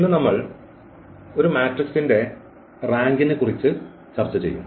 ഇന്ന് നമ്മൾ ഒരു മാട്രിക്സിന്റെ റാങ്ക് നെക്കുറിച്ച് ചർച്ച ചെയ്യും